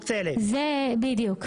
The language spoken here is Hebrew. בדיוק.